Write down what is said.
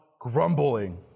grumbling